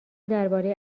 درباره